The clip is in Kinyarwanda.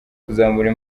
kuzamura